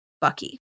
Bucky